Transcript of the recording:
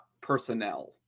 personnel